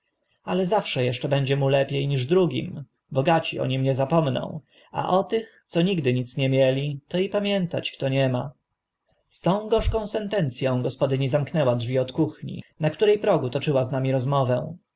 ale zawsze eszcze będzie mu lepie niż drugim bogaci o nim nie zapomną a o tych co nigdy nic nie mieli to i pamiętać kto nie ma z tą gorzką sentenc ą gospodyni zamknęła drzwi od kuchni na które progu toczyła z nami rozmowę